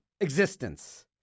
existence